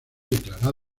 declarado